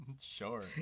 sure